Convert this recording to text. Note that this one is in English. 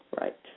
Right